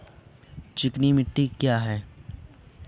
चिकनी मिट्टी क्या होती है?